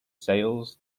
sales